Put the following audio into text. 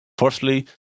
Firstly